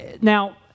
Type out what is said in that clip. Now